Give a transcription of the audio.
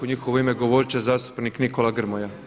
U njihovo ime govorit će zastupnik Nikola Grmoja.